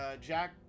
Jack